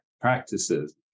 practices